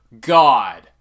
God